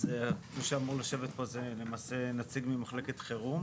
אז מי שאמור לשבת פה זה למעשה נציג ממחלקת חירום.